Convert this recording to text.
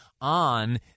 on